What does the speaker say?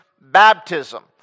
baptism